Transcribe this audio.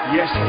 Yes